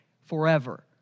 forever